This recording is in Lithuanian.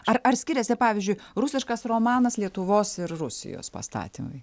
ar ar skiriasi pavyzdžiui rusiškas romanas lietuvos ir rusijos pastatymai